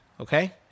okay